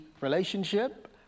relationship